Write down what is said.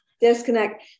disconnect